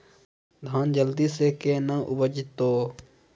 धान जल्दी से के ना उपज तो?